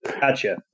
Gotcha